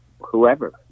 whoever